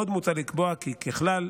עוד מוצע לקבוע כי ככלל,